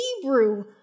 Hebrew